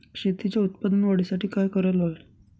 शेतीच्या उत्पादन वाढीसाठी काय करायला हवे?